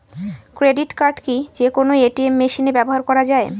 Credit card কি যে কোনো এ.টি.এম মেশিনে ব্যবহার করা য়ায়?